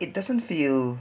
it doesn't feel